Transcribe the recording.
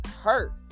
hurt